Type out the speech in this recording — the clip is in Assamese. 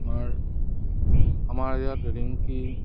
আমাৰ আমাৰ ইয়াত ৰিংকী